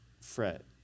fret